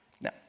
Now